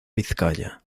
vizcaya